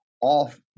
off